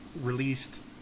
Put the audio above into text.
released